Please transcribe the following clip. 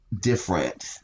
different